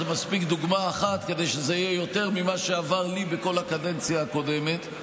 מספיקה דוגמה אחת כדי שזה יהיה יותר ממה שעבר לי בכל הקדנציה הקודמת.